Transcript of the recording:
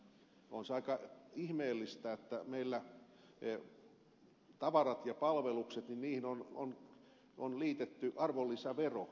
on se aika ihmeellistä että meillä tavaroihin ja palveluksiin on liitetty arvonlisävero